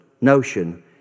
notion